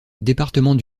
département